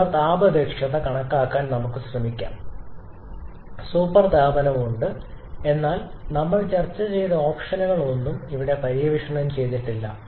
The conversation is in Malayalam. ഇതിനുള്ള താപ ദക്ഷത കണക്കാക്കാൻ നമുക്ക് ശ്രമിക്കാം സൂപ്പർ താപനം ഉണ്ട് എന്നാൽ നമ്മൾ ചർച്ച ഓപ്ഷനുകൾ ഒന്നും ഇവിടെ പര്യവേക്ഷണം ചെയ്തിട്ടില്ല